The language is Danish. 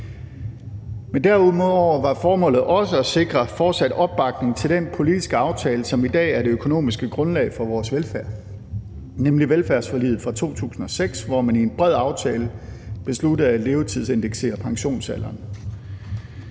Derudover var formålet også at sikre fortsat opbakning til den politiske aftale, som i dag er det økonomiske grundlag for vores velfærd, nemlig velfærdsforliget fra 2006, hvor man i en bred aftale besluttede at levetidsindeksere pensionsalderen.